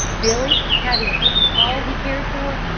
billy having eaten all he cared for,